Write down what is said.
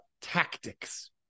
tactics